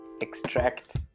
extract